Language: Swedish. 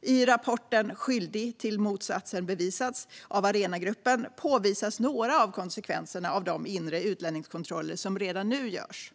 I rapporten Skyldig tills motsatsen bevisats av Arenagruppen påvisas några av konsekvenserna av de inre utlänningskontroller som redan nu görs.